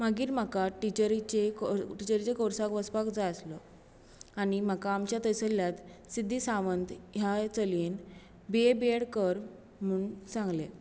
मागीर म्हाका टिचरीचे टिचरीचे कोर्साक वचपाक जाय आसलें आनी म्हाका आमचें थंयसरल्यान सिध्दी सावंत ह्या चलयेन बीए बिएड कर म्हूण सांगलें